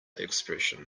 expression